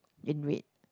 in red